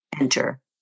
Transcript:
enter